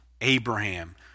Abraham